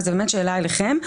וזו באמת שאלה אליכם,